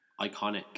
Iconic